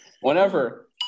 whenever